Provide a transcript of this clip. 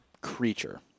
creature